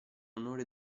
onore